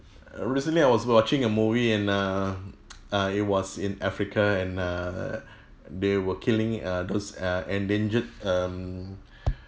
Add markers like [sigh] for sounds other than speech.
uh recently I was watching a movie and err [noise] uh it was in africa and err they were killing uh those uh endangered um